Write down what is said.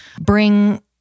bring